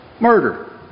Murder